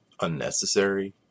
unnecessary